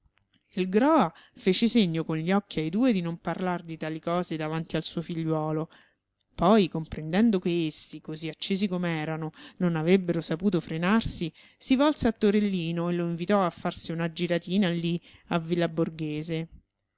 il groa fece segno con gli occhi ai due di non parlar di tali cose davanti al suo figliuolo poi comprendendo che essi così accesi com'erano non avrebbero saputo frenarsi si volse a torellino e lo invitò a farsi una giratina lì a villa borghese